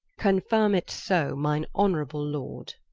confirme it so, mine honourable lord